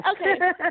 Okay